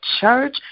church